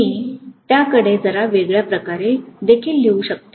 मी त्याकडे जरा वेगळ्या प्रकारे देखील पाहू शकतो